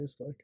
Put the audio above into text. Facebook